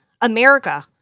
America